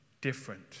different